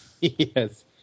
Yes